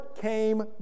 came